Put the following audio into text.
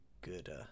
good